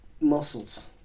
muscles